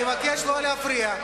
אני אבקש לא להפריע.